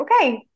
okay